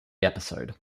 episode